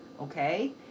okay